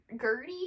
Gertie